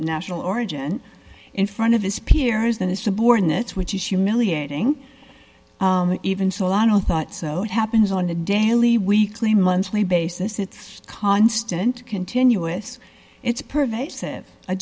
national origin in front of his peers and his subordinates which is humiliating even solano thought so happens on a daily weekly monthly basis it's constant continuous it's pervasive a